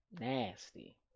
Nasty